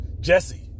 Jesse